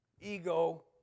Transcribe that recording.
Ego